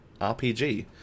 rpg